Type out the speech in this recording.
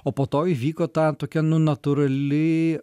o po to įvyko ta tokia nu natūrali